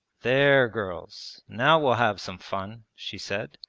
there girls, now we'll have some fun she said,